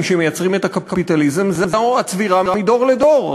שמייצרים את הקפיטליזם: הצבירה מדור לדור.